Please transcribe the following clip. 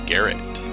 Garrett